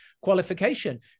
qualification